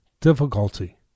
difficulty